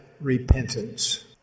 repentance